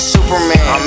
Superman